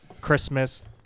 Christmas